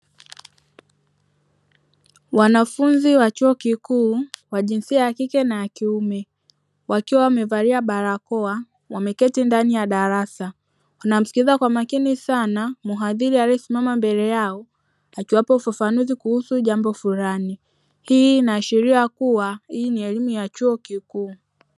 Wanafunzi wa chuo kikuu wa jinsia ya kike na ya kiume wakiwa wamevalia barakoa wameketi ndani ya darasa wanamsikiza kwa makini sana, mhadhiri aliyesimama mbele yao akiwapa ufafanuzi kuhusu jambo fulani hii inaashiria kuwa hii ni elimu ya chuo kikuu.